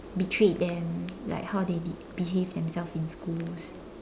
betrayed them like how they be behaved themselves in school